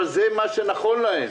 אבל זה מה שנכון להם.